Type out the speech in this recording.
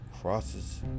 crosses